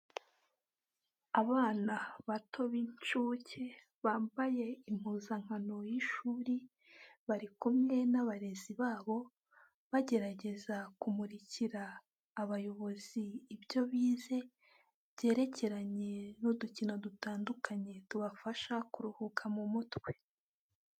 Abana bato b'incuke, bambaye impuzankano y'ishuri bari kumwe n'abarezi babo, bagerageza kumurikira abayobozi ibyo bize, byerekeranye n'udukino dutandukanye tubafasha kuruhuka mu mutwe.